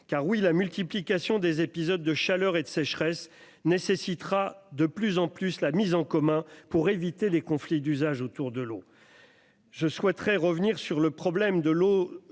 Car oui, la multiplication des épisodes de chaleur et de sécheresse nécessitera de plus en plus de mises en commun pour éviter les conflits d'usage autour de l'eau. À ce titre, je souhaite revenir sur la question centrale